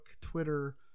Twitter